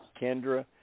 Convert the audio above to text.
Kendra